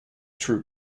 true